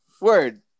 Word